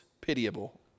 pitiable